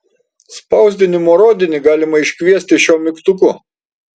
spausdinimo rodinį galima iškviesti šiuo mygtuku